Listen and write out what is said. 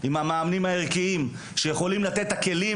עם המאמנים הערכיים שיכולים לתת את הכלים